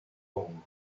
alone